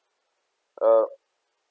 uh